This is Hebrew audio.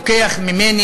לוקח ממני?